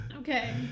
Okay